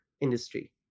industry